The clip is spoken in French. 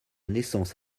naissance